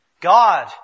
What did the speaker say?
God